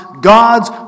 God's